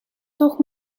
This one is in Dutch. toch